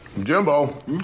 Jimbo